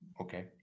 okay